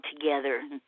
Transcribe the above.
together